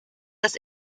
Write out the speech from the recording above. das